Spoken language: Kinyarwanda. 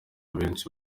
benshi